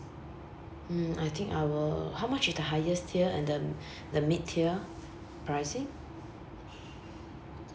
mm I think I will how much is the highest tier and the the mid tier pricing